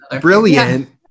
brilliant